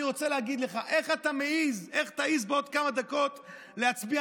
אני רוצה להגיד לך: איך אתה תעז בעוד כמה דקות להצביע